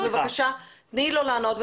תני לו לענות,